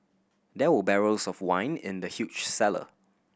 there were barrels of wine in the huge cellar